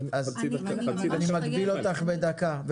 אז אני מגביל אותך בדקה.